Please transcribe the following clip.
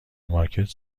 مارکت